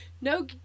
no